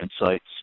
insights